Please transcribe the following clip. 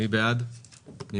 מי בעד ההסתייגות?